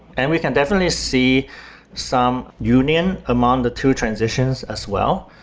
and we can definitely see some union among the two transitions as well,